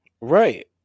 Right